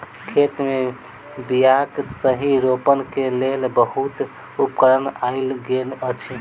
खेत मे बीयाक सही रोपण के लेल बहुत उपकरण आइब गेल अछि